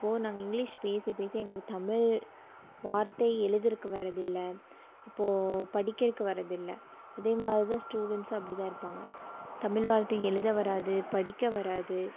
இப்போது நாங்கள் இங்கிலீஷ் பேச பேச எங்களுக்கு தமிழ் வார்த்தை எழுதுகிறக்கு வரதில்லை இப்போது படிக்கிறக்கு வரதில்லை அதே மாதிரி தான் ஸ்டூடண்ட்ஸும் அப்படிதான் இருப்பாங்க தமிழ் வார்த்தை எழுத வராது படிக்க வராது